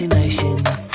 Emotions